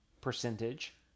percentage